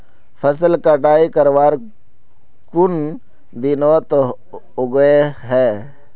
फसल कटाई करवार कुन दिनोत उगैहे?